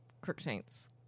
Crookshanks